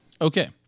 Okay